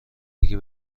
دیگه